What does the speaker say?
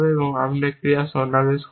আমি একটি ক্রিয়া সন্নিবেশ করান